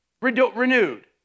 renewed